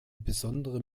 besondere